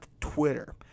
Twitter